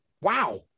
wow